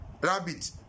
rabbit